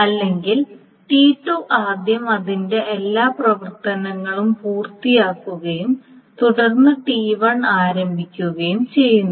അല്ലെങ്കിൽ T2 ആദ്യം അതിന്റെ എല്ലാ പ്രവർത്തനങ്ങളും പൂർത്തിയാക്കുകയും തുടർന്ന് T1 ആരംഭിക്കുകയും ചെയ്യുന്നു